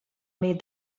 made